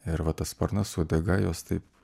ir va tas sparnas uodega jos taip